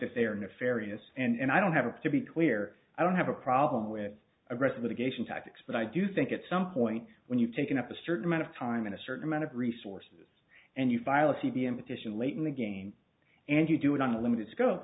that they are nefarious and i don't have to be clear i don't have a problem with aggressive a geisha tactics but i do think it's some point when you've taken up a certain amount of time and a certain amount of resources and you file a c b s petition late in the game and you do it on a limited scope